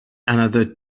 another